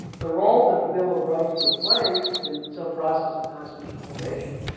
the role that a bill of rights would play in some process of constitutional formation,